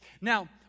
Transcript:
Now